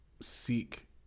seek